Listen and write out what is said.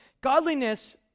godliness